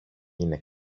είναι